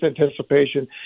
Anticipation